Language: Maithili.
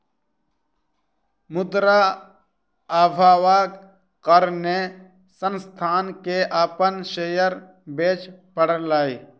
मुद्रा अभावक कारणेँ संस्थान के अपन शेयर बेच पड़लै